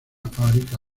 fábrica